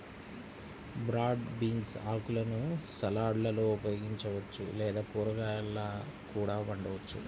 broad beans ఆకులను సలాడ్లలో ఉపయోగించవచ్చు లేదా కూరగాయలా కూడా వండవచ్చు